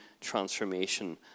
transformation